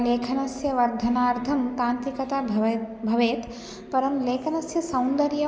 लेखनस्य वर्धनार्थं तान्त्रिकता भवेत् भवेत् परं लेखनस्य सौन्दर्यं